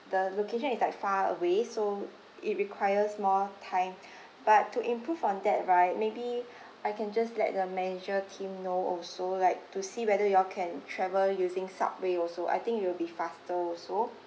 the location is like far away so it requires more time but to improve on that right maybe I can just let the manager team know also like to see whether you all can travel using subway also I think it will be faster also